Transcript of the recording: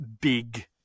big